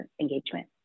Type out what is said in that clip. engagement